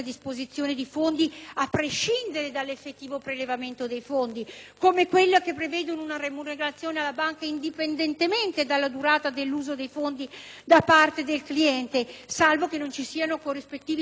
prelevamento dei fondi o quella che prevede una remunerazione alla banca indipendentemente dalla durata dell'uso dei fondi da parte del cliente, salvo che non ci siano corrispettivi predeterminati con patti scritti non rinnovabili.